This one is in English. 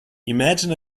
imagine